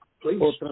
please